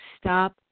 stop